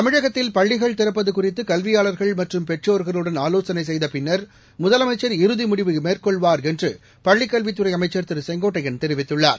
தமிழகத்தில் பள்ளிகள் திறப்பதுகுறித்துகல்வியாளர்கள் மற்றம் பெற்றோர்களுடன் ஆலோசனைசெய்தபின்னர் முதலமைச்சர் இறுதிமுடிவு மேற்கொள்வார் என்றுபள்ளிக் கல்வித்துறைஅமைச்சர் திருசெங்கோட்டையன் தெரிவித்துள்ளார்